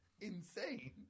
insane